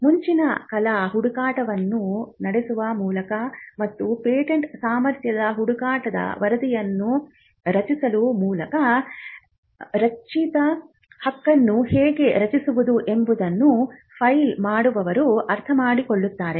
ಮುಂಚಿನ ಕಲಾ ಹುಡುಕಾಟವನ್ನು ನಡೆಸುವ ಮೂಲಕ ಮತ್ತು ಪೇಟೆಂಟ್ ಸಾಮರ್ಥ್ಯದ ಹುಡುಕಾಟ ವರದಿಯನ್ನು ರಚಿಸುವ ಮೂಲಕ ರಕ್ಷಿತ ಹಕ್ಕನ್ನು ಹೇಗೆ ರಚಿಸುವುದು ಎಂಬುದನ್ನು ಫೈಲ್ ಮಾಡುವವರು ಅರ್ಥಮಾಡಿಕೊಳ್ಳುತ್ತಾರೆ